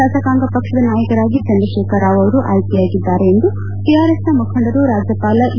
ಶಾಸಕಾಂಗ ಪಕ್ಷದ ನಾಯಕರಾಗಿ ಚಂದ್ರಶೇಖರ ರಾವ್ ಅವರು ಆಯ್ಲೆ ಯಾಗಿದ್ದಾರೆ ಎಂದು ಟಿಆರ್ಎಸ್ನ ಮುಖಂಡರು ರಾಜ್ಯಪಾಲ ಇ